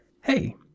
Hey